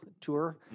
tour